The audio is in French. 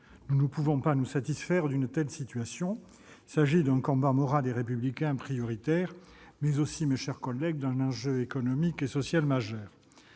Nous ne pouvons pas nous satisfaire d'une telle situation. Il s'agit d'un combat moral et républicain prioritaire, mais aussi d'un enjeu économique et social majeur.